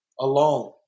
alone